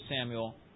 Samuel